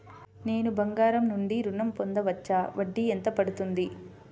నేను బంగారం నుండి ఋణం పొందవచ్చా? వడ్డీ ఎంత పడుతుంది?